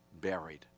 buried